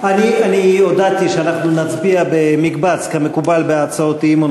אני הודעתי שאנחנו נצביע במקבץ כמקובל בהצעות אי-אמון,